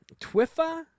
Twifa